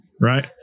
Right